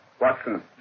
Watson